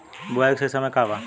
बुआई के सही समय का वा?